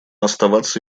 оставаться